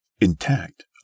intact